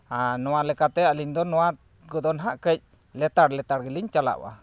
ᱟᱨ ᱱᱚᱣᱟ ᱞᱮᱠᱟᱛᱮ ᱟᱹᱞᱤᱧ ᱫᱚ ᱱᱚᱣᱟ ᱠᱚᱫᱚ ᱱᱟᱦᱟᱸᱜ ᱠᱟᱹᱡ ᱞᱮᱛᱟᱲ ᱞᱮᱛᱟᱲ ᱜᱮᱞᱤᱧ ᱪᱟᱞᱟᱣᱜᱼᱟ